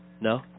No